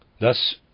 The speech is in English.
Thus